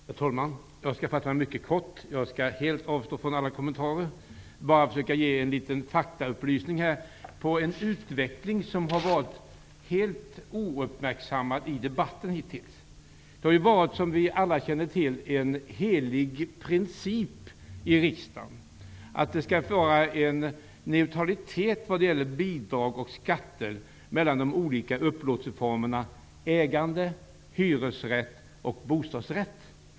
Herr talman! Jag skall fatta mig kort. Jag skall helt avstå från alla kommentarer och bara försöka ge litet faktaupplysning om en utveckling som har varit helt ouppmärksammad i debatten hittills. Som vi alla känner till har det varit en helig princip i riksdagen att det skall vara en neutralitet vad gäller bidrag och skatter mellan de olika upplåtelseformerna ägande, hyresrätt och bostadsrätt.